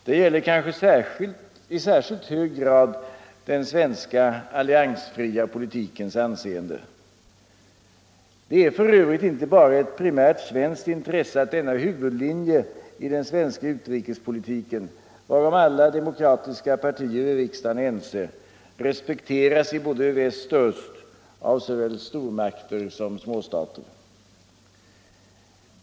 Detta gäller kanske i särskilt hög grad den svenska alliansfria politikens anseende. Det är f. ö. inte bara ett primärt svenskt intresse att denna huvudlinje i den svenska utrikespolitiken — varom alla demokratiska partier i riksdagen är ense — respekteras i både väst och öst, av såväl stormakter som småstater.